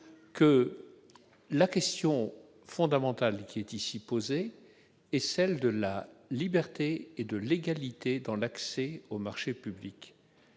dit, la question fondamentale ici posée est celle de la liberté et de l'égalité dans l'accès aux marchés publics.